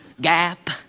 Gap